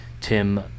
Tim